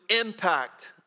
impact